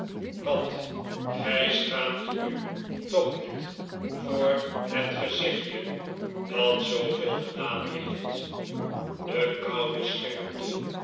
wat gij schaamt u toch niet voor het gezichtje dat zooveel gedaan heeft de koude scherpte